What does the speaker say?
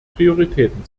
prioritäten